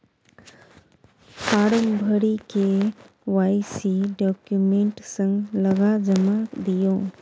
farm भरि KYC document संग लगा जमा दियौ